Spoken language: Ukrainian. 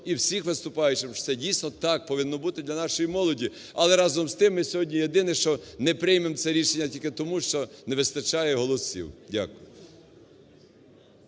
і всіх виступаючих, тому що це, дійсно, так повинно бути для нашої молоді. Але разом з тим ми сьогодні єдине, що не приймемо це рішення тільки тому, що не вистачає голосів. Дякую.